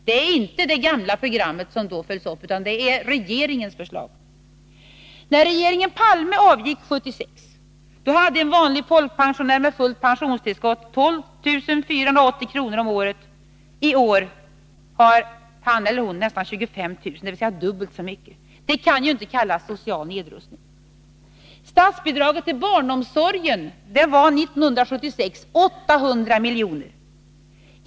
Det är inte det gamla programmet som då följs upp, utan det är regeringens förslag. När regeringen Palme avgick 1976 hade en vanlig folkpensionär med fullt pensionstillskott 12 480 kr. om året. I år har han eller hon nästan 25 000 kr., dvs. dubbelt så mycket. Det kan ju inte kallas social nedrustning. Statsbidraget till barnomsorgen var 1976 800 milj.kr.